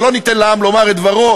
ולא ניתן לעם לומר את דברו.